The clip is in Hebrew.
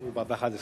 הוא בא באחת-עשרה.